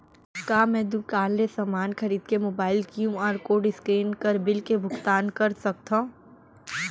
का मैं दुकान ले समान खरीद के मोबाइल क्यू.आर कोड स्कैन कर बिल के भुगतान कर सकथव?